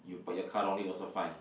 you put your car on it also fine